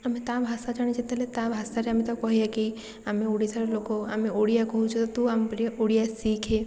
ଆମେ ତା' ଭାଷା ଜାଣି ଯେତେବେଳେ ତା' ଭାଷାରେ ଆମେ ତାକୁ କହିବାକି ଆମେ ଓଡ଼ିଶାର ଲୋକ ଆମେ ଓଡ଼ିଆ କହୁଛୁ ତୁ ଆମ ପରିକା ଓଡ଼ିଆ ଶିଖେ